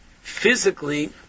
physically